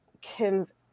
Kim's